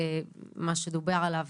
מה שדובר עליו,